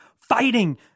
fighting